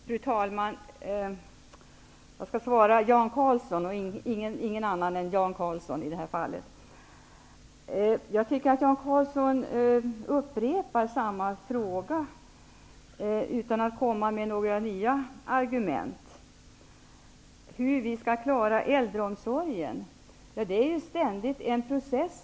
Fru talman! Jag skall svara Jan Karlsson och ingen annan än Jan Karlsson. Jag tycker att Jan Karlsson upprepar samma fråga utan att komma med några nya argument. Hur skall vi klara äldreomsorgen? Det pågår ständigt en process.